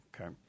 Okay